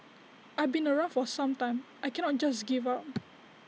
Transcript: I've been around for some time I cannot just give up